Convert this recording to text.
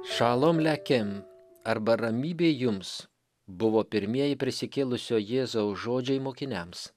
šalom lekim arba ramybė jums buvo pirmieji prisikėlusio jėzaus žodžiai mokiniams